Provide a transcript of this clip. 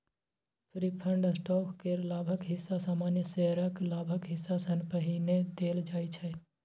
preferred stock केर लाभक हिस्सा सामान्य शेयरक लाभक हिस्सा सँ पहिने देल जाइ छै